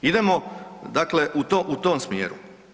Idemo dakle u tom smjeru.